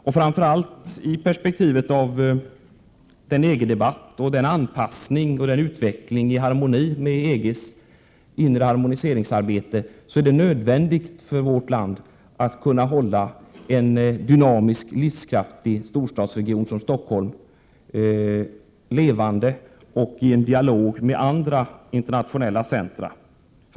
Inte minst i perspektivet av den EG-debatt, den anpassning och den utveckling i harmoni med EG:s inre harmoniseringsarbete som pågår är det nödvändigt för vårt land att för att inte halka efter kunna hålla en dynamisk, livskraftig storstadsregion som Stockholm levande och i dialog med andra internationella centra.